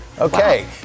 Okay